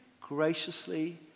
graciously